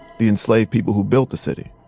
the enslaved people who built the city.